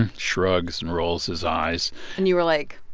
and shrugs and rolls his eyes and you were like,